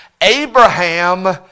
Abraham